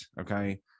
okay